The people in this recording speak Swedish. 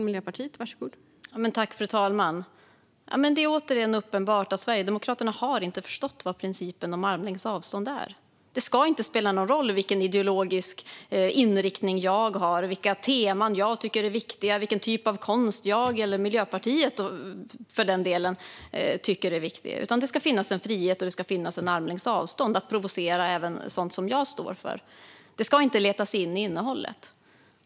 Fru talman! Det är återigen uppenbart att Sverigedemokraterna inte har förstått vad principen om armlängds avstånd är. Det ska inte spela någon roll vilken ideologisk inriktning som jag har, vilka teman som jag tycker är viktiga och vilken typ av konst som jag eller för den delen Miljöpartiet tycker är viktig. Det ska finnas en frihet, och det ska finnas armlängds avstånd, att provocera mot det som jag står för. Det ska inte leta sig in i innehållet.